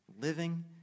living